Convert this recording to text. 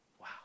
Wow